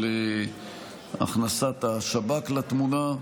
של הכנסת השב"כ לתמונה.